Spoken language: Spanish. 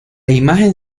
imagen